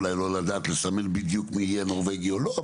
אולי לא לדעת לסמן בדיוק מי יהיה נורווגי או לא,